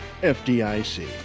FDIC